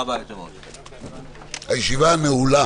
הישיבה נעולה.